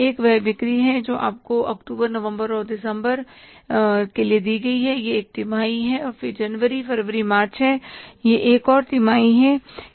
एक वह बिक्री है जो आपको अक्टूबर नवंबर और दिसंबर लिए दी गई है यह एक तिमाही है और फिर जनवरी फरवरी मार्च है यह एक और तिमाही है